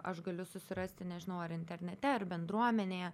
aš galiu susirasti nežinau ar internete ar bendruomenėje